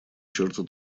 черта